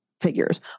figures